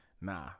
nah